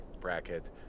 bracket